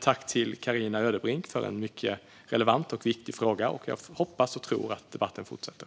Jag tackar Carina Ödebrink för en mycket relevant och viktig fråga. Jag hoppas och tror att debatten fortsätter.